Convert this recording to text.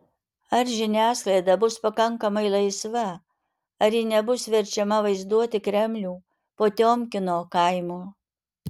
ar žiniasklaida bus pakankamai laisva ar ji nebus verčiama vaizduoti kremlių potiomkino kaimu